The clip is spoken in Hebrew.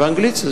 מקצועיים,